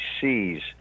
sees